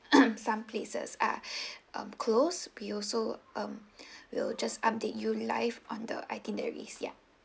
some places are um close we also mm will just update you live on the itinerary ya